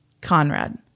Conrad